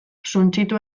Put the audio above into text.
suntsitu